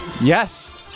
Yes